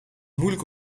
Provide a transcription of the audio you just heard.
moeilijk